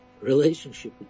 relationship